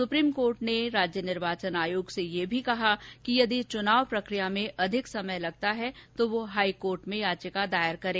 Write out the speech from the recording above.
supreme court ने राज्य निर्वाचन आयोग से यह भी कहा कि यदि चुनाव प्रक्रिया में अधिक समय लगता है तो वह हाईकोर्ट में याचिका दायर करें